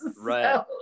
right